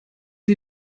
sie